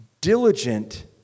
diligent